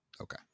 okay